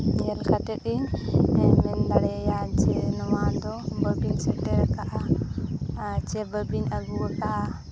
ᱧᱮᱞ ᱠᱟᱛᱮᱫ ᱤᱧ ᱢᱮᱱ ᱫᱟᱲᱮᱭᱟᱭᱟ ᱡᱮ ᱱᱚᱣᱟ ᱫᱚ ᱵᱟᱹᱵᱤᱱ ᱥᱮᱴᱮᱨ ᱟᱠᱟᱫᱼᱟ ᱟᱨ ᱥᱮ ᱵᱟᱹᱵᱤᱱ ᱟᱹᱜᱩᱣᱟᱠᱟᱫᱼᱟ